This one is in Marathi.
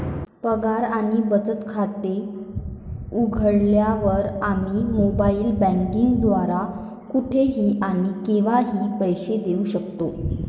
पगार आणि बचत खाते उघडल्यावर, आम्ही मोबाइल बँकिंग द्वारे कुठेही आणि केव्हाही पैसे देऊ शकतो